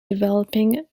developing